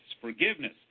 forgiveness